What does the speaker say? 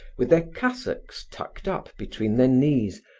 with their cassocks tucked up between their knees,